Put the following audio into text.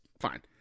fine